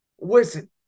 Listen